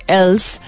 else